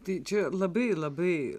tai čia labai labai